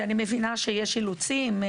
ואני מבינה שיש אילוצים.